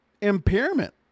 impairment